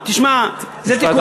תשמע, זה תיקונים.